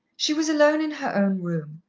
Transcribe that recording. she was alone in her own room,